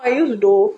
I stopped